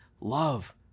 love